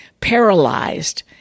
paralyzed